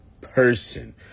person